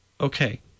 Okay